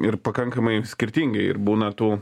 ir pakankamai skirtingai ir būna tų